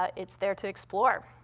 ah it's there to explore.